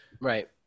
right